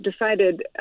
decided